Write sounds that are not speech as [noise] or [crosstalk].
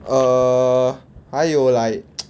err 还有 like [noise]